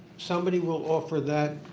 somebody will offer that.